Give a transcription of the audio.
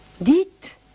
Dites